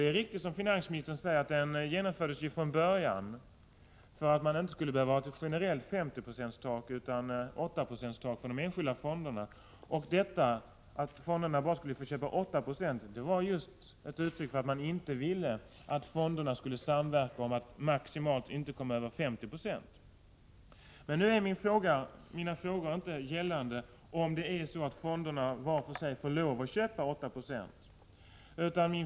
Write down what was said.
Det är riktigt, som finansministern säger, att taket på 8 90 för de enskilda fonderna från början genomfördes för att man inte skulle behöva ha ett generellt tak på maximalt 50 26. Att fonderna bara skulle få köpa 8 9 var just ett uttryck för att man inte ville att fonderna skulle kunna samverka för att komma över 50 96. Men nu gäller inte mina frågor om det är så att fonderna var för sig får lov att köpa 8 20.